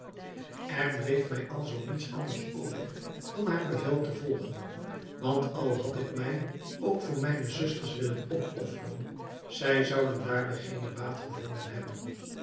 er bleef mij alzoo niets anders over dan haar bevel te volgen want al had ik mij ook voor mijne zusters willen opofferen zij zouden daarbij geene baat gevonden hebben